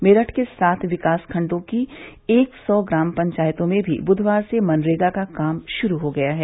मेरठ के सात विकास खण्डों की एक सौ ग्राम पंचायतों में भी बुधवार से मनरेगा का काम शुरू हो गया है